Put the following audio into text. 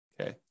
Okay